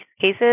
cases